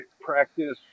practice